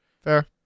Fair